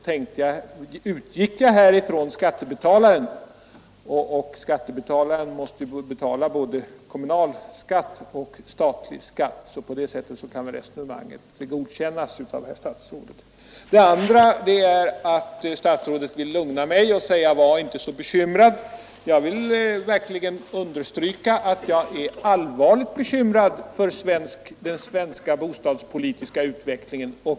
Där utgick jag ifrån skattebetalaren, som ju måste betala både kommunal skatt och statlig skatt. På det sättet kan väl resonemanget godkännas av herr statsrådet. Den andra saken gäller att statsrådet vill lugna mig och säger: Var inte så bekymrad. Jag vill verkligen understryka att jag är allvarligt bekymrad för den svenska bostadspolitiska utvecklingen.